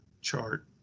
chart